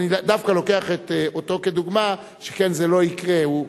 ואני דווקא לוקח אותו כדוגמה, שכן זה לא יקרה.